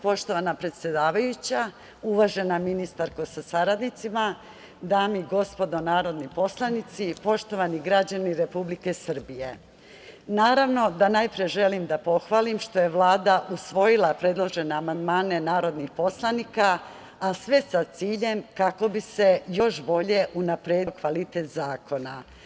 Poštovana predsedavajuća, uvažena ministarko sa saradnicima, dame i gospodo narodni poslanici, poštovani građani Republike Srbije, naravno da najpre želim da pohvalim što je Vlada usvojila predložene amandmane narodnih poslanika, a sve sa ciljem kako bi se još bolje unapredio kvalitet zakona.